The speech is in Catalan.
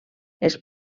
els